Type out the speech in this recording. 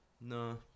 No